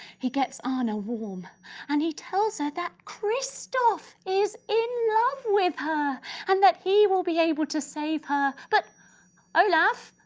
he gets ah anna warm and he tells her that christophe is in love with her and that he will be able to save her, but olaf!